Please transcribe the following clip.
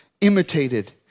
imitated